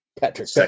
Patrick